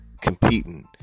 competing